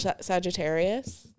Sagittarius